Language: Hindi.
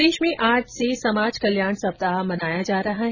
प्रदेश में आज से समाज कल्याण सप्ताह मनाया जा रहा है